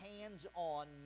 hands-on